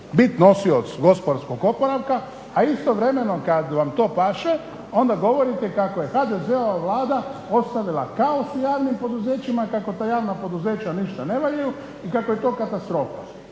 biti nosioc gospodarskog oporavka, a istovremeno kada vam to paše onda govorite kako je HDZ-ova vlada ostavila kaos u javnim poduzećima, kako ta javna poduzeća ništa ne valjaju i kako je to katastrofa.